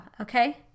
okay